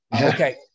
Okay